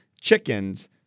chickens